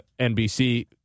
NBC